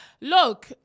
Look